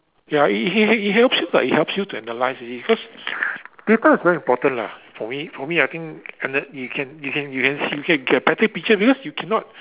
ya it it it it helps you lah it helps you to analyse easily because data is very important lah for me for me I think and the you can you can you can you can get a better picture because you cannot